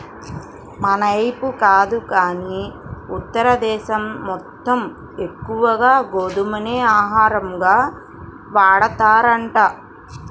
మనైపు కాదు గానీ ఉత్తర దేశం మొత్తం ఎక్కువగా గోధుమనే ఆహారంగా వాడతారంట